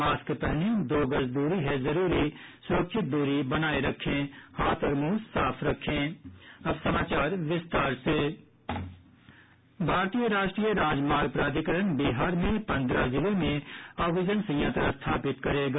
mask पहनें दो गज दूरी है जरूरी सुरक्षित दूरी बनाये रखें हाथ और मुंह साफ रखें अब समाचार विस्तार से भारतीय राष्ट्रीय राजमार्ग प्राधिकरण बिहार के पन्द्रह जिलों में ऑक्सीजन संयंत्र स्थापित करेगा